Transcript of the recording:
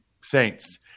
Saints